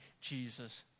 Jesus